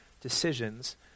decisions